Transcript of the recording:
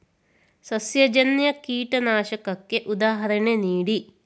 ಸಸ್ಯಜನ್ಯ ಕೀಟನಾಶಕಕ್ಕೆ ಉದಾಹರಣೆ ನೀಡಿ?